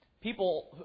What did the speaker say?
people